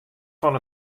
fan